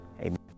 amen